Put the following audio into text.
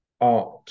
art